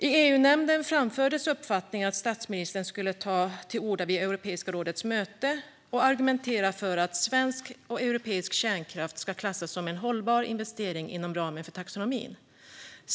I EU-nämnden framfördes uppfattningen att statsministern skulle ta till orda vid Europeiska rådets möte och argumentera för att svensk och europeisk kärnkraft ska klassas som en hållbar investering inom ramen för taxonomin.